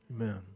Amen